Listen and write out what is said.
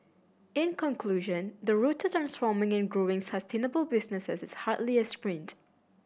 in conclusion the road to transforming and growing sustainable businesses is hardly a sprint